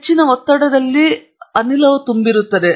ಹೆಚ್ಚಿನ ಒತ್ತಡದಲ್ಲಿ ಅದರೊಳಗೆ ಅನಿಲವು ಇರುತ್ತದೆ